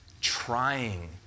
trying